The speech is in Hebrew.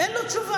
אין לו תשובה.